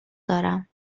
دارم